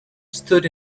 stood